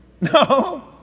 No